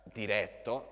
diretto